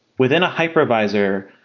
within a hypervisor,